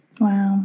Wow